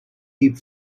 keep